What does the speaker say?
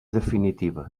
definitiva